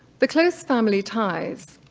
the close family ties